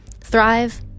thrive